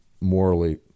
morally